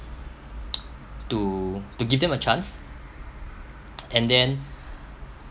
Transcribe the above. to to give them a chance and then